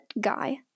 guy